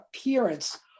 appearance